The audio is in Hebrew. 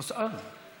מסעוד גנאים,